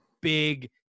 big